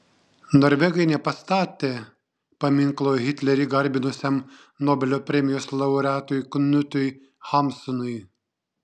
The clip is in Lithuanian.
norvegai nepastatė paminklo hitlerį garbinusiam nobelio premijos laureatui knutui hamsunui